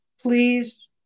please